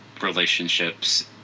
relationships